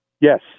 Yes